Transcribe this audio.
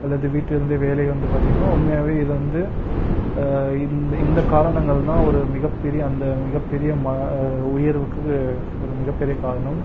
அல்லது வீட்டிலிருந்தே வேலை வந்து பார்த்தீங்கன்னா உண்மையாகவே இது வந்து இந்த இந்த காரணங்கள்தான் ஒரு மிகப்பெரிய அந்த மிகப்பெரிய ம உயர்வுக்கு ஒரு மிகப்பெரிய காரணம்